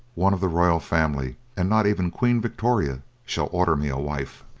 one of the royal family, and not even queen victoria shall order me a wife.